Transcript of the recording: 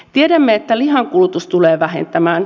tiedämme että lihan kulutus tulee vähenemään